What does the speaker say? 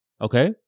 okay